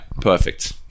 perfect